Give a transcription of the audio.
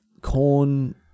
corn